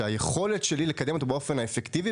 שהיכולת שלי לקדם אותו באופן האפקטיבי